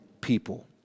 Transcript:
people